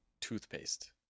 toothpaste